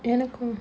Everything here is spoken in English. எனக்கும்:enakkum